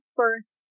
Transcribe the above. first